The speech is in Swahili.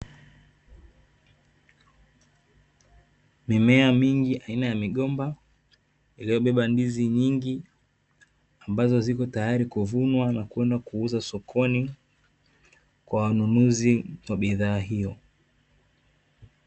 Mimea mingi aina ya migomba iloyobeba ndizi nyingi ambazo zipo tayari kuvunwa na kupelekwa sokoni kwa wanunuzi wa bidhaa hiyo.